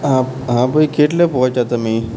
હા હા ભાઈ કેટલે પહોંચ્યા તમે